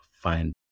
find